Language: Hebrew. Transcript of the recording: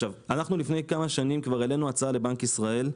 לפני כמה שנים העלינו הצעה לבנק ישראל,